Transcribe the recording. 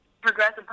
progressive